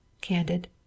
candid